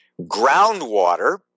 groundwater